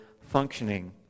functioning